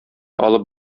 алып